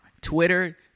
Twitter